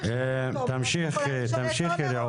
תמשיכי, רעות.